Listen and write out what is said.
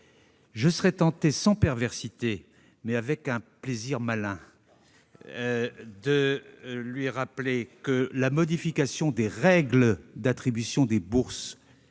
je suis tenté, sans perversité, mais avec un plaisir malin, de vous rappeler que la modification des règles d'attribution des bourses